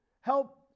help